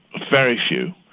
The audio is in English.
very few,